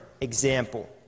example